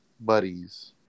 buddies